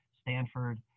Stanford